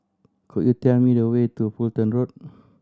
could you tell me the way to Fulton Road